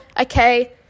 Okay